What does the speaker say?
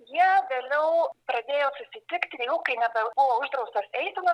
jie vėliau pradėjo susitikt nu kai nebebuvo uždraustos eisenos